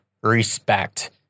respect